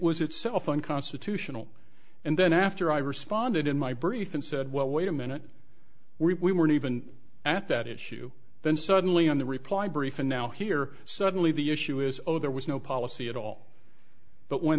was itself unconstitutional and then after i responded in my brief and said well wait a minute we weren't even at that issue then suddenly on the reply brief and now here suddenly the issue is oh there was no policy at all but when